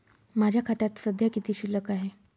माझ्या खात्यात सध्या किती शिल्लक आहे?